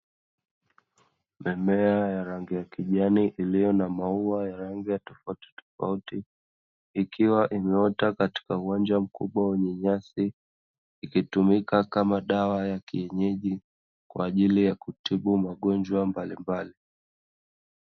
Mimea ya rangi ya kijani iliyo na maua ya rangi ya tofautitofauti ikiwa imeota katika uwanja mkubwa wenye nyasi, ikitumika kama dawa ya kienyeji kwa ajili ya kutibu magonjwa mbalimbali.